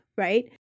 Right